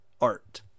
art